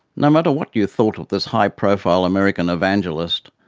no matter what you thought of this high-profile american evangelist,